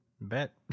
bet